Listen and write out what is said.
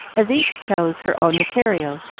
as each chose her own material,